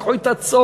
לקחו את הצאן,